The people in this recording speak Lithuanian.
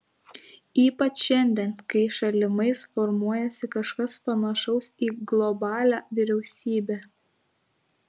ypač šiandien kai šalimais formuojasi kažkas panašaus į globalią vyriausybę